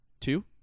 two